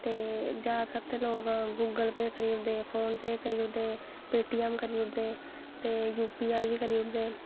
ते जादातर ते लोग गुगल पे करी ओड़दे फोन पे करी ओड़दे ते पे टी ऐम करी ओड़दे ते यू पी आई बी करी ओड़दे